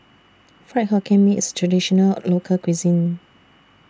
Fried Hokkien Mee IS A Traditional Local Cuisine